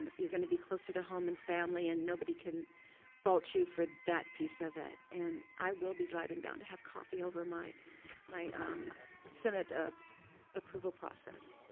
um you're going to be closer to home and family and nobody can fault you for that piece of it and i will drive and down to have coffee over my my um senate ah approval process.